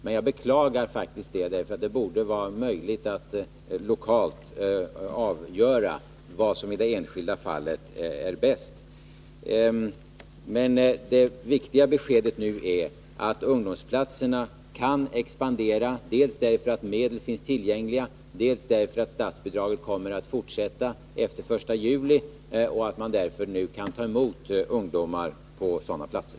Men jag beklagar faktiskt det, eftersom det borde vara möjligt att lokalt avgöra vad som i det enskilda fallet är bäst. Men det viktiga beskedet nu är att ungdomsplatserna kan expandera, dels därför att medel finns tillgängliga, dels därför att statsbidraget kommer att finnas kvar efter den 1 juli. Man kan alltså ta emot ungdomar på sådana platser.